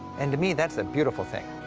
and to me, that's a beautiful thing.